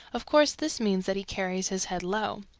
of course this means that he carries his head low.